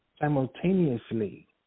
simultaneously